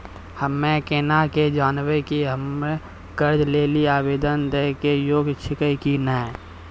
हम्मे केना के जानबै कि हम्मे कर्जा लै लेली आवेदन दै के योग्य छियै कि नै?